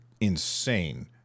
insane